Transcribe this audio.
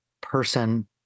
person